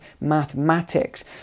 mathematics